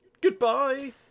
Goodbye